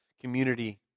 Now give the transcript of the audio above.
community